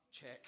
Check